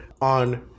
on